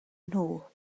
nhw